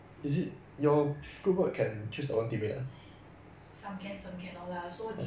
you can good teammates then good for you lah you can do everything 顺顺利利 you get bad teammates then you tank lor